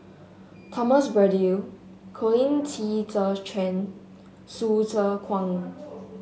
Thomas Braddell Colin Qi Zhe Quan Hsu Tse Kwang